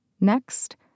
Next